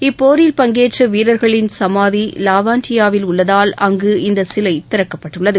இப்போரில் பங்கேற்ற வீரர்களின் சமாதி லாவண்டினியாவில் உள்ளதால் அங்கு இந்த சிலை திறக்கப்பட்டுள்ளது